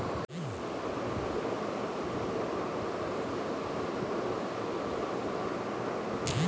fund হচ্ছে এক ধরনের পুঁজি যা কোনো কাজের জন্য রাখা হয়